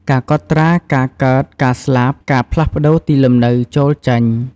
ការកត់ត្រាការកើត ការស្លាប់ ការផ្លាស់ប្តូរទីលំនៅចូល-ចេញ។